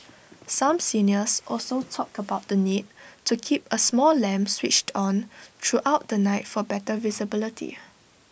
some seniors also talked about the need to keep A small lamp switched on throughout the night for better visibility